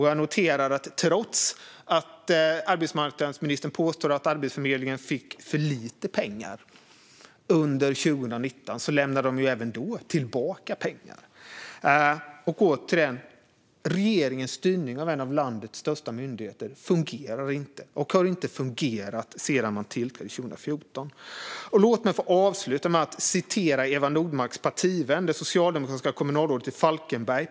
Jag noterar att trots att arbetsmarknadsministern påstår att Arbetsförmedlingen fick för lite pengar under 2019 lämnade de även då tillbaka pengar. Återigen: Regeringens styrning av en av landets största myndigheter fungerar inte och har inte fungerat sedan man tillträdde 2014. Låt mig få avsluta med några ord från Eva Nordmarks partivän Per Svensson, socialdemokratiskt kommunalråd i Falkenberg.